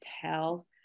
tell